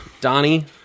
Donnie